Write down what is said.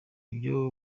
ibyo